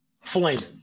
flaming